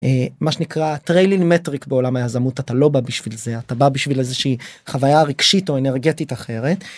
מה שנקרא trailing matric בעולם היזמות אתה לא בא בשביל זה אתה בא בשביל איזה שהיא חוויה רגשית או אנרגטית אחרת.